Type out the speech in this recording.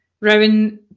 Rowan